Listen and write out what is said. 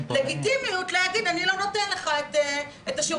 לגיטימיות להגיד: אני לא נותן לך את השירות